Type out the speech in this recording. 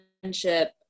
friendship